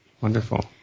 Wonderful